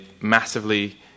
massively